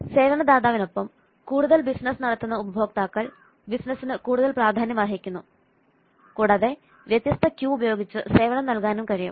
സേവന ദാതാവിനൊപ്പം കൂടുതൽ ബിസിനസ്സ് നടത്തുന്ന ഉപഭോക്താക്കൾ ബിസിനസിന് കൂടുതൽ പ്രാധാന്യമർഹിക്കുന്നു കൂടാതെ വ്യത്യസ്ത ക്യൂ ഉപയോഗിച്ച് സേവനം നൽകാനും കഴിയും